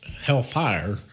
hellfire